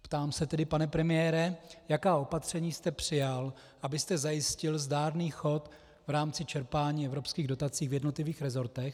Ptám se tedy, pane premiére, jaká opatření jste přijal, abyste zajistil zdárný chod v rámci čerpání evropských dotací v jednotlivých resortech.